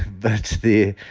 that's the.